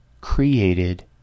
created